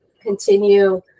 continue